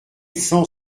cent